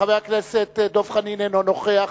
חבר הכנסת דב חנין, אינו נוכח.